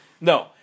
No